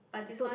but this one